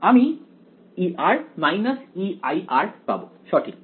আমি E Ei পাব সঠিক